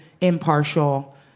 impartial